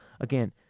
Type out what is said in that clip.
Again